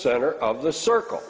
center of the circle